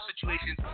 situations